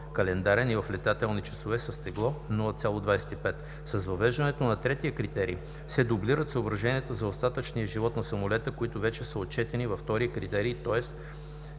(календарен и в летателни часове), с тегло 0.25. С въвеждането на третия критерий се дублират съображенията за остатъчния живот на самолета, които вече са отчетени във втория критерий чрез